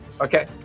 Okay